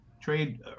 trade